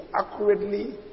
accurately